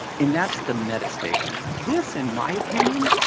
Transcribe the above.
and that's the meta stage. this, in my opinion,